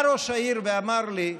בא ראש העיר ואמר לי: